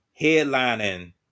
headlining